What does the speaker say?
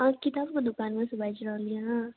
अहाँ किताबके दोकानमे सँ बाजि रहलियैहँ